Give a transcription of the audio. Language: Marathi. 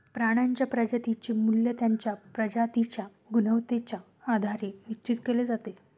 प्राण्यांच्या प्रजातींचे मूल्य त्यांच्या प्रजातींच्या गुणवत्तेच्या आधारे निश्चित केले जाते